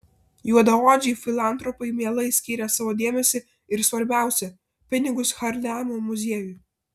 juodaodžiai filantropai mielai skyrė savo dėmesį ir svarbiausia pinigus harlemo muziejui